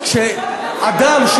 זאת דמגוגיה,